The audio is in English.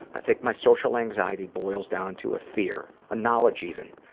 i think my social anxiety boils down to a fear, a knowledge even,